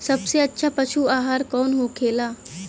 सबसे अच्छा पशु आहार कौन होखेला?